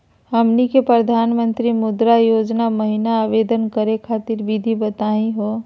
हमनी के प्रधानमंत्री मुद्रा योजना महिना आवेदन करे खातीर विधि बताही हो?